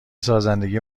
سازندگی